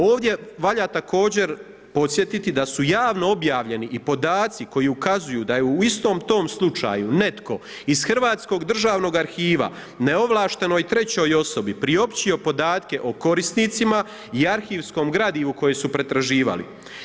Ovdje valja također podsjetiti da su javno objavljeni i podaci koji ukazuju da je u tom istom slučaju netko iz Hrvatskog državnog okvira neovlaštenoj trećoj osobi priopćio podatke o korisnicima i arhivskom gradivu koji su pretraživali.